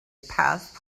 passed